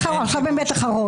אם עכשיו הוא חוזר בו,